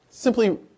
Simply